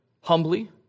humbly